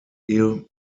irregular